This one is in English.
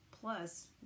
plus